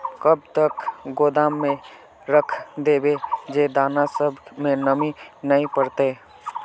कब तक गोदाम में रख देबे जे दाना सब में नमी नय पकड़ते?